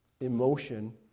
emotion